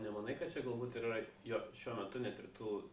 nemanai kad čia galbūt yra jo šiuo metu netirtų